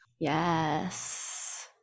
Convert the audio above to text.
yes